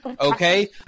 Okay